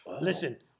Listen